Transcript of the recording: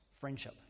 friendship